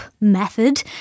method